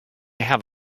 have